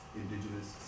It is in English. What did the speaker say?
indigenous